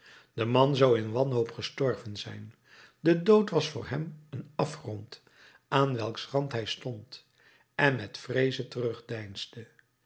de man zou in wanhoop gestorven zijn de dood was voor hem een afgrond aan welks rand hij stond en met vreeze terugdeinsde